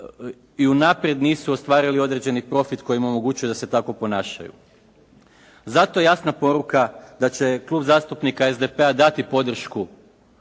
i unaprijed nisu ostvarili određeni profit koji im omogućuje da se tako ponašaju. Zato jasna poruka da će Klub zastupnika SDP-a dati podršku